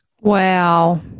Wow